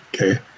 Okay